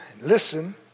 listen